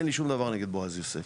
אין לי שום דבר נגד בועז יוסף.